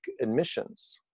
admissions